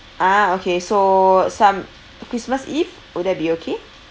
ah okay so some christmas eve would that be okay